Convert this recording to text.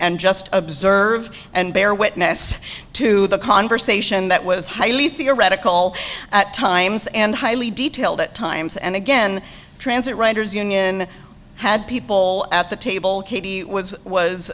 and just observe and bear witness to the conversation that was highly theoretical at times and highly detailed at times and again transit riders union had people at the table katie was